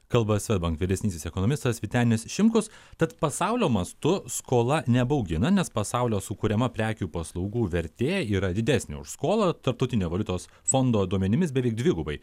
kalba swedbank vyresnysis ekonomistas vytenis šimkus tad pasaulio mastu skola nebaugina nes pasaulio sukuriama prekių paslaugų vertė yra didesnė už skolą tarptautinio valiutos fondo duomenimis beveik dvigubai